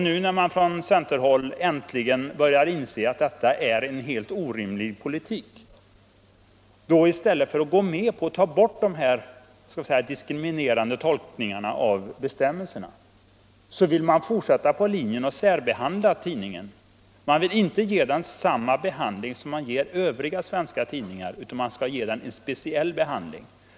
Nu, när man på centerhåll äntligen börjar inse att detta är en helt orimlig politik, vill man — i stället för att gå med på att ta bort den här diskriminerande tolkningen av bestämmelserna — fortsätta på linjen att särbehandla tidningen. Man vill inte ge den samma behandling som man ger övriga svenska tidningar, utan man skall ge den en specialbehandling.